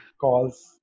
Calls